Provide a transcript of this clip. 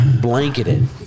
Blanketed